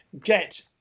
Get